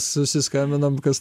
susiskambinam kas